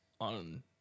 on